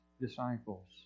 disciples